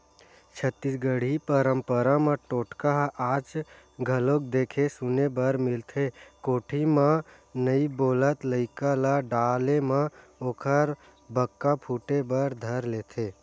छत्तीसगढ़ी पंरपरा म टोटका ह आज घलोक देखे सुने बर मिलथे कोठी म नइ बोलत लइका ल डाले म ओखर बक्का फूटे बर धर लेथे